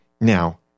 now